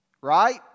Right